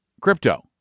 crypto